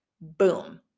Boom